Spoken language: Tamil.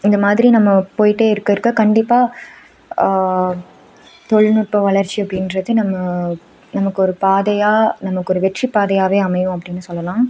இந்த மாதிரி நம்ம போய்ட்டே இருக்க இருக்க கண்டிப்பாக தொழில்நுட்ப வளர்ச்சி அப்படின்றது நம்ம நமக்கு ஒரு பாதையாக நமக்கு ஒரு வெற்றி பாதையாகவே அமையும் அப்படின்னு சொல்லலாம்